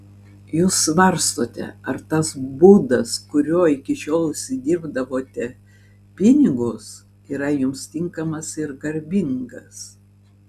jūs svarstote ar tas būdas kuriuo iki šiol užsidirbdavote pinigus yra jums tinkamas ir garbingas